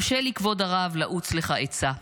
הרשה לי, כבוד הרב, לעוץ לך עצה.